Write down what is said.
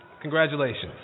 Congratulations